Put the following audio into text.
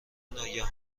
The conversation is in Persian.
ناگهان